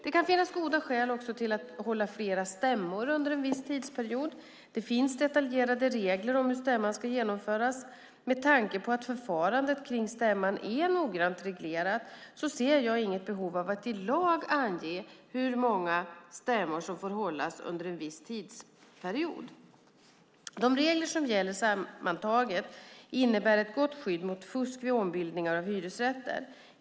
Det kan finnas goda skäl till att hålla flera stämmor under en viss tidsperiod. Det finns detaljerade regler om hur stämman ska genomföras. Med tanke på att förfarandet kring stämman är noggrant reglerat ser jag inget behov av att i lag ange hur många stämmor som får hållas under en viss tidsperiod. De regler som sammantaget gäller innebär ett gott skydd mot fusk vid ombildningar av hyresrätter.